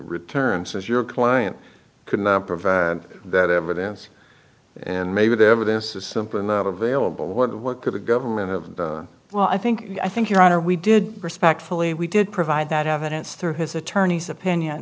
return says your client couldn't provide that evidence and maybe the evidence is simply not available what could the government of well i think i think your honor we did respectfully we did provide that evidence through his attorneys opinion